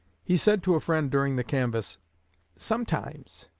he said to a friend during the canvass sometimes,